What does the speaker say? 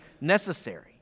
necessary